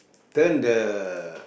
turn the